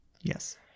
Yes